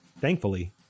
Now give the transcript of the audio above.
Thankfully